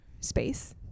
space